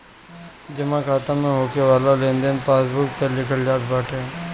जमा खाता में होके वाला लेनदेन पासबुक पअ लिखल जात बाटे